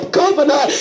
governor